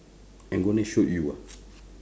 I'm gonna shoot you ah